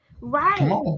Right